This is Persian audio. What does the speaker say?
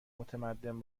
متمدن